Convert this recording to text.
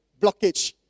blockage